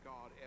God